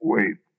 Wait